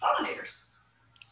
pollinators